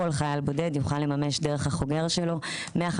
כל חייל בודד יוכל לממש דרך החוגר שלו 150